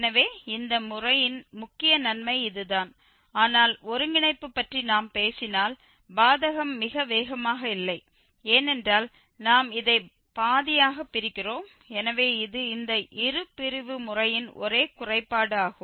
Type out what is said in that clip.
எனவே இந்த முறையின் முக்கிய நன்மை இதுதான் ஆனால் ஒருங்கிணைப்பு பற்றி நாம் பேசினால் பாதகம் மிக வேகமாக இல்லை ஏனென்றால் நாம் இதை பாதியாகப் பிரிக்கிறோம் எனவே இது இந்த இருபிரிவு முறையின் ஒரே குறைபாடு ஆகும்